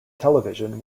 television